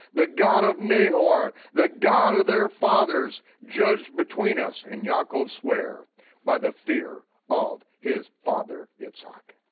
the god of nahor, the god of their fathers, judged between us, and yaakov swear by the fear of his father yitzhak.